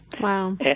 Wow